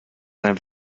sein